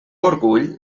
orgull